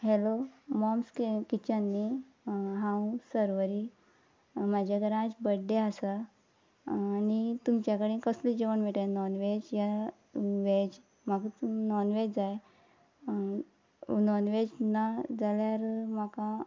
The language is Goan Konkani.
हॅलो मॉम्स कॅर किचन न्ही हांव सर्वरी म्हाज्या घरा आयज बड्डे आसा आनी तुमच्या कडे कसलें जेवण मेळटा नॉनवॅज या वॅज म्हाका नॉनवॅज जाय नॉनवॅज ना जाल्यार म्हाका